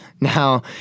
now